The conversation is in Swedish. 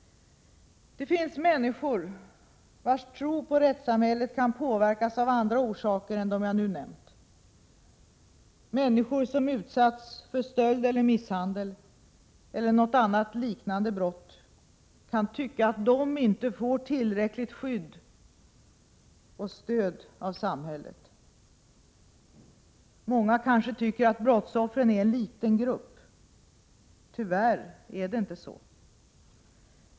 Det finns människor vilkas tro på rättssamhället kan påverkas av andra orsaker än dem jag nu har nämnt. Människor som har utsatts för stöld eller misshandel eller något annat liknade brott kan tycka att de inte får tillräckligt skydd och stöd från samhället. Många kanske tycker att brottsoffren är en liten grupp, men tyvärr är det inte så.